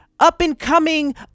up-and-coming